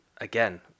again